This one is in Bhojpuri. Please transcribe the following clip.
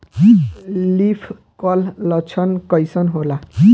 लीफ कल लक्षण कइसन होला?